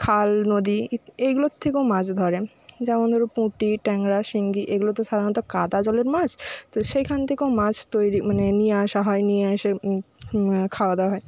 খাল নদী এইগুলোর থেকেও মাছ ধরে যেমন ধরো পুঁটি ট্যাংরা শিঙ্গি এগুলো তো সাধারণত কাদা জলের মাছ তো সেইখান থেকেও মাছ তৈরি মানে নিয়ে আসা হয় নিয়ে এসে খাওয়া দাওয়া হয়